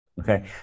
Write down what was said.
okay